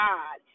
God